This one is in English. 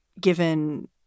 given